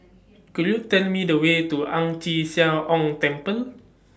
Could YOU Tell Me The Way to Ang Chee Sia Ong Temple